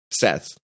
Seth